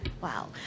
Wow